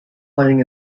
playing